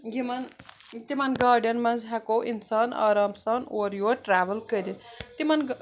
یِمَن تِمَن گاڑٮ۪ن منٛز ہٮ۪کو اِنسان آرام سان اورٕ یور ٹرٛٮ۪وٕل کٔرِتھ تِمَن